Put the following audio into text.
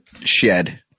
shed